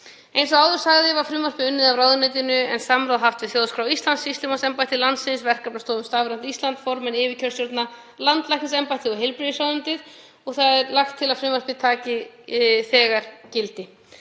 Eins og áður sagði var frumvarpið unnið af ráðuneytinu en samráð haft við Þjóðskrá Íslands, sýslumannsembætti landsins, Verkefnastofu um stafrænt Ísland, formenn yfirkjörstjórna, landlæknisembættið og heilbrigðisráðuneytið. Lagt er til að frumvarpið taki þegar gildi.